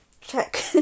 check